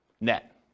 net